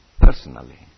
personally